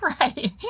Right